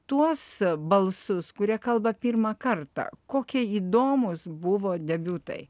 tuos balsus kurie kalba pirmą kartą kokie įdomūs buvo debiutai